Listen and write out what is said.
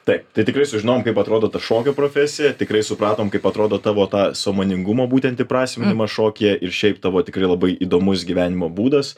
taip tai tikrai sužinojom kaip atrodo ta šokio profesija tikrai supratom kaip atrodo tavo ta sąmoningumo būtent įprasminimas šokyje ir šiaip tavo tikrai labai įdomus gyvenimo būdas